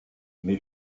mes